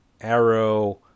Arrow